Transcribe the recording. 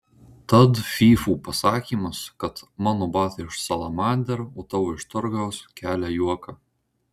tad fyfų pasakymas kad mano batai iš salamander o tavo iš turgaus kelia juoką